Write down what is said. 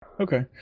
Okay